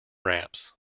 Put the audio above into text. ramps